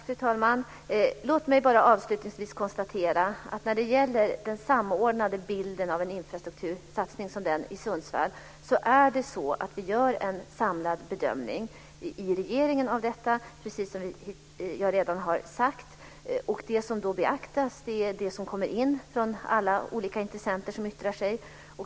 Fru talman! Låt mig bara avslutningsvis konstatera att vi, när det gäller den samordnade bilden av en infrastruktursatsning som den i Sundsvall, gör en samlad bedömning i regeringen av detta, precis som jag redan har sagt. Det som då beaktas är det som kommer in från alla olika intressenter som yttrar sig.